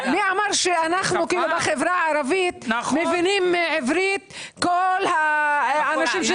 מי אמר שאנו החברה הערבית מבינים עברית כל האנשים?